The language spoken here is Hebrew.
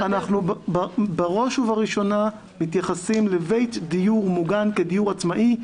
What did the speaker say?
אנחנו בראש ובראשונה מתייחסים לבית דיור מוגן כדיור עצמאי,